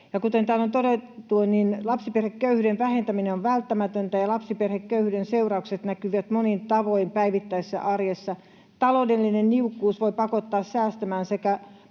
täällä on todettu, lapsiperheköyhyyden vähentäminen on välttämätöntä ja lapsiperheköyhyyden seuraukset näkyvät monin tavoin päivittäisessä arjessa. Taloudellinen niukkuus voi pakottaa säästämään sekä